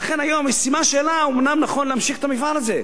לכן היום יש סימן שאלה אם אומנם נכון להמשיך את המפעל הזה,